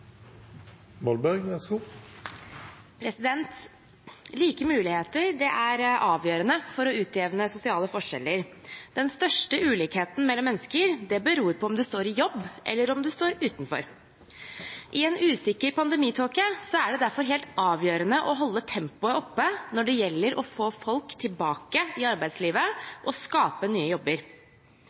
avgjørende for å utjevne sosiale forskjeller. Den største ulikheten mellom mennesker beror på om man står i jobb eller om man står utenfor. I en usikker pandemitåke er det derfor helt avgjørende å holde tempoet oppe når det gjelder å få folk tilbake i arbeidslivet, og å skape nye jobber.